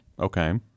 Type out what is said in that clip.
Okay